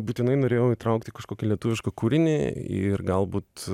būtinai norėjau įtraukti kažkokį lietuvišką kūrinį ir galbūt